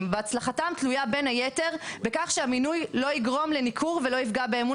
והצלחתם תלויה בין היתר בכך שהמינוי לא יגרום לניכור ולא יפגע באמון